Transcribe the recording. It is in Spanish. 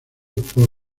post